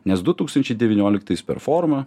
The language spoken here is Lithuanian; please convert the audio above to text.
nes du tūkstančiai devynioliktais per forumą